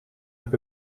heb